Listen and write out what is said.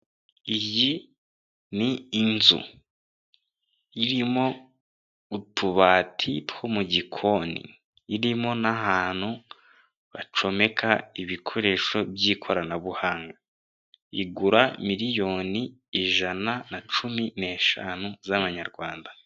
Iyi ni inzu irimo utubati two mu gikoni irimo n'ahantu bacomeka ibikoresho by'ikoranabuhanga igura miliyoni ijana na cumi neshanu z'amanyarwanda.